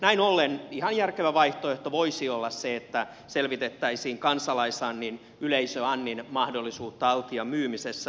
näin ollen ihan järkevä vaihtoehto voisi olla se että selvitettäisiin kansalaisannin yleisöannin mahdollisuutta altian myymisessä